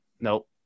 Nope